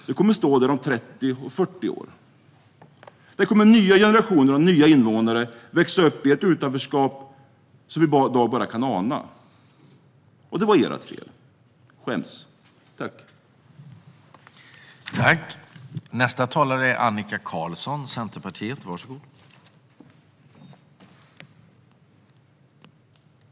De kommer stå där om både 30 och 40 år. Där kommer generationer av nya invånare att växa upp i ett utanförskap som vi i dag bara kan ana. Och det är ert fel. Skäms!